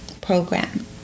program